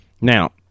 Now